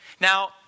Now